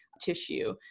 tissue